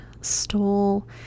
stole